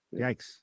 Yikes